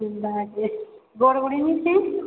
ଯିବା ଯେ ବରଗୁଡ଼ି ମିଶେଇ